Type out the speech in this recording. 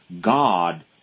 God